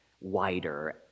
wider